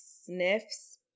Sniffs